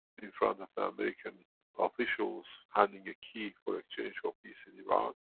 in front of the american officials, handing a key for exchange of peace in iran,